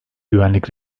güvenlik